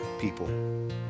people